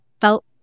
felt